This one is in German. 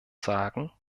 sagen